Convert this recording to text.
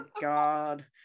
god